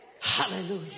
Hallelujah